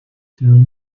down